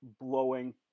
blowing